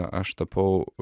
aš tapau